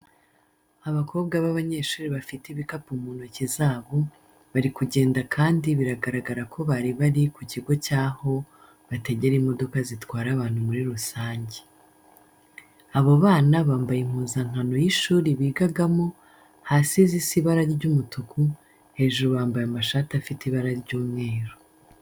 Abakobwa b'abanyeshuri bafite ibikapu mu ntoki zabo bari kugenda kandi bigaragara ko bari bari ku kigo cy'aho bategera imodoka zitwara abantu muri rusange. Abo bana bambaye impuzankano y'ishuri bigagamo, hasi zisa ibara ry'umutuku, hejuru bambaye amashati afite ibara ry'umweru.